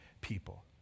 people